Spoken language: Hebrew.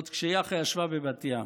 עוד כשיאח"ה ישבה בבת ים.